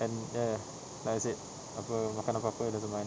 and ya like I said apa makan apa-apa doesn't ma~